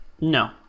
No